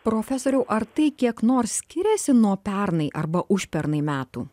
profesoriau ar tai kiek nors skiriasi nuo pernai arba užpernai metų